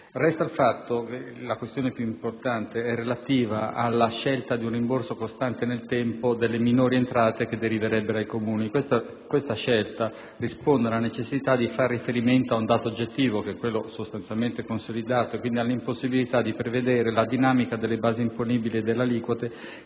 interroganti. La questione più importante è relativa alla scelta di un rimborso costante nel tempo delle minori entrate che deriverebbero ai Comuni. Questa scelta risponde alla necessità di fare riferimento ad un dato oggettivo, quello consolidato, cioè all'impossibilità di prevedere la dinamica delle basi imponibili e delle aliquote